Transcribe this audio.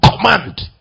command